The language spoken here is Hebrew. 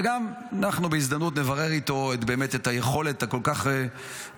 וגם אנחנו בהזדמנות נברר איתו באמת את היכולת הכל-כך,